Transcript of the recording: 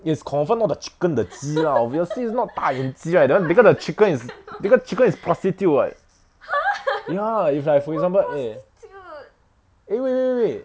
is confirmed not the chicken the 鸡 lah obviously is not 大眼鸡 right that [one] because the chicken is the chicken is prostitute [what] ya is like for example like eh wait wait wait